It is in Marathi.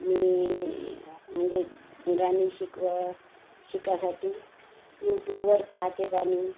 मी म्हणजे गाणी शिकं शिकायसाठी यूट्यूबवर पाहाते गाणी